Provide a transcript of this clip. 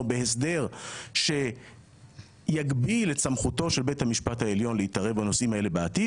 בהסדר שיגביל את סמכותו של בית המשפט העליון להתערב בנושאים האלה בעתיד.